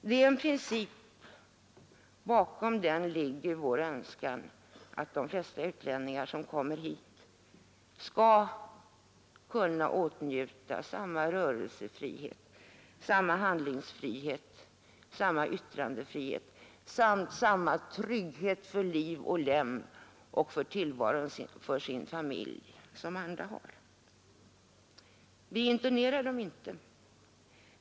Det är en princip, och bakom den ligger vår önskan att de flesta utlänningar som kommer hit skall kunna åtnjuta samma rörelsefrihet, samma handlingsfrihet, samma yttrandefrihet samt samma trygghet för liv och lem och för tillvaron för sin familj som andra har. Vi internerar dem inte.